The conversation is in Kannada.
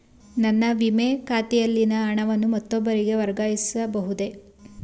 ನನ್ನ ವಿಮೆ ಖಾತೆಯಲ್ಲಿನ ಹಣವನ್ನು ಮತ್ತೊಬ್ಬರಿಗೆ ವರ್ಗಾಯಿಸ ಬಹುದೇ?